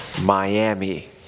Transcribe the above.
Miami